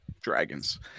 dragons